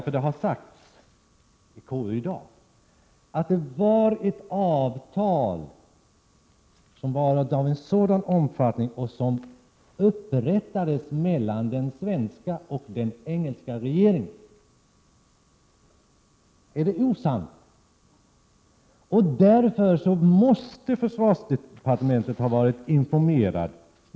Det har sagts i KU i dag att det var ett avtal av en sådan omfattning att det upprättades mellan den svenska och den engelska regeringen. Jag vill fråga: Är detta osant? Med tanke på avtalets omfattning måste försvarsdepartementet ha varit informerat.